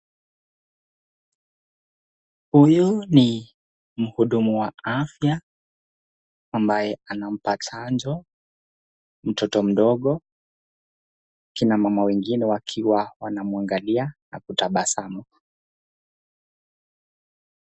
Huyu ni muhudumu wa afya ambaye anampa chanjo mtoto mdogo, kina mama wengine wakiwa wanamuangialia na kutabasamu.